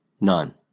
none